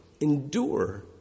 endure